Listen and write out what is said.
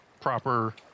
proper